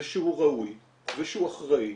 זה שהוא ראוי ושהוא אחראי.